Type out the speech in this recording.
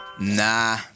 nah